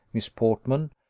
miss portman,